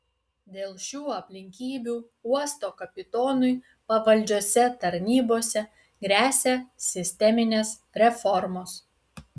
dėl šių aplinkybių uosto kapitonui pavaldžiose tarnybose gresia sisteminės reformos